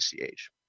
ACH